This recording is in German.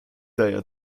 daher